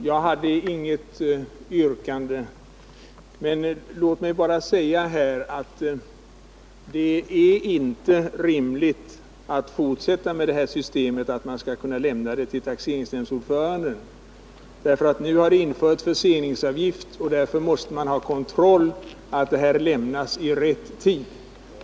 Herr talman! Det börjar bli litet sent, och jag hade inget yrkande. Låt mig emellertid bara säga att det inte är rimligt att bibehålla systemet att självdeklaration skall kunna avlämnas till taxeringsnämndens ordförande. Det har nämligen nu införts förseningsavgift, och man måste därför ha kontroll över att deklarationen har lämnats in i rätt tid.